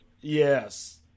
yes